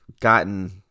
gotten